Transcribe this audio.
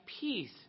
peace